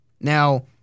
Now